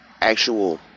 actual